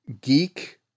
Geek